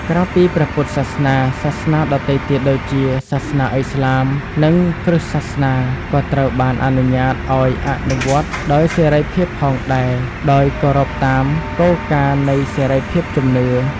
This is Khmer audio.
ក្រៅពីព្រះពុទ្ធសាសនា សាសនាដទៃទៀតដូចជា សាសនាឥស្លាម និងគ្រិស្តសាសនា ក៏ត្រូវបានអនុញ្ញាតឱ្យអនុវត្តដោយសេរីភាពផងដែរ ដោយគោរពតាមគោលការណ៍នៃសេរីភាពជំនឿ។